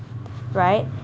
right